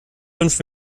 fünf